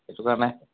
সেইটো কাৰণে